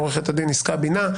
עו"ד יסכה בינה,